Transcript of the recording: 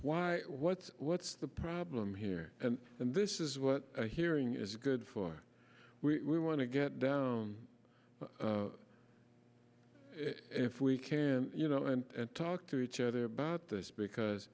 why what's what's the problem here and this is what a hearing is good for we want to get down if we can you know and talk to each other about this because